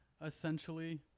essentially